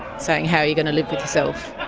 saying how are you going to live with yourself?